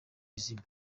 izima